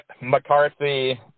McCarthy